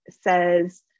says